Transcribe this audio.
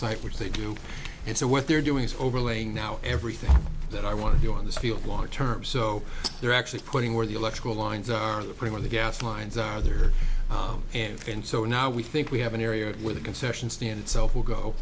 site which they do and so what they're doing is overlaying now everything that i want to do on this field long term so they're actually putting where the electrical lines are the cream of the gas lines are there and so now we think we have an area where the concession stand itself will go